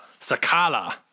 Sakala